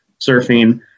surfing